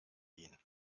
ihn